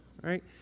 right